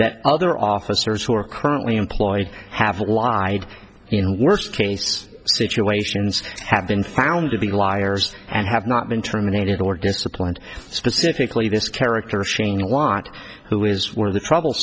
that other officers who are currently employed have lied in worst case situations have been found to be liars and have not been terminated or disciplined specifically this character shane want who is where the trouble